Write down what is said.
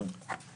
(היו"ר עידית סילמן)